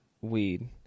weed